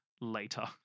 later